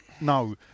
no